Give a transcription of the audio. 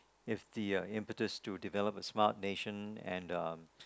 if the the uh impetus to develop a smart nation and